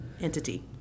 entity